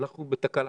אנחנו בתקלה.